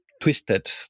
twisted